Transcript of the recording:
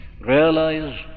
realize